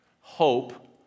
Hope